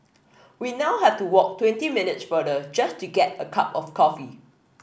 we now have to walk twenty minutes farther just to get a cup of coffee